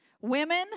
Women